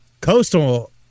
Coastal